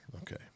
Okay